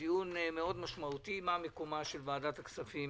דיון מאוד משמעותי מה מקומה של ועדת הכספים